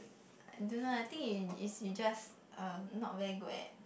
don't know I think is is you just uh not very good at